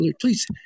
please